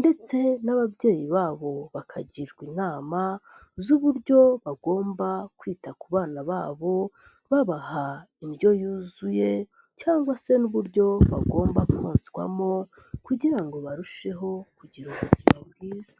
ndetse n'ababyeyi babo bakagirwa inama z'uburyo bagomba kwita ku bana babo babaha indyo yuzuye cyangwa se n'uburyo bagomba koswamo kugira ngo barusheho kugira ubuzima bwiza.